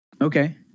Okay